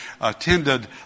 attended